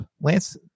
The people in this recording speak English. Lance